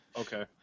okay